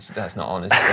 that's not honest.